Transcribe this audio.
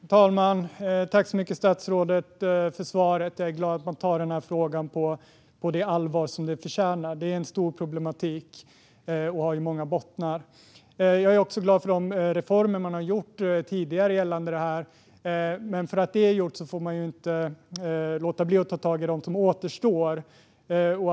Fru talman! Tack för svaret, statsrådet! Jag är glad att man tar den här frågan på det allvar som den förtjänar. Det här är ett stort problem som också har många bottnar. Jag är också glad för de reformer som man har gjort tidigare gällande det här, men för att de är gjorda får man ju inte låta bli att ta tag i det som återstår.